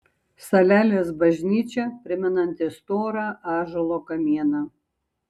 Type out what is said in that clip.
salelės bažnyčia primenanti storą ąžuolo kamieną